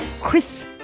Chris